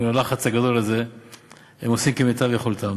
עם הלחץ הגדול הזה הם עושים כמיטב יכולתם.